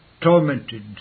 tormented